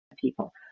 people